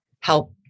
help